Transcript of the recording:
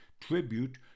tribute